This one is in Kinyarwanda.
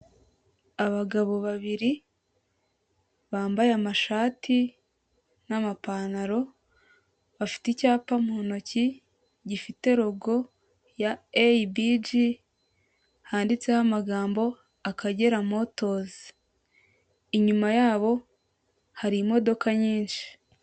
Abagabo babiri bambaye amashati n'amapantaro bafite icyapa mu ntoki gifite rogo ya eyibiji handitseho amagambo Akagera motozi, inyuma yabo hari imodoka nyinshi.